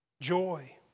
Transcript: joy